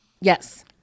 yes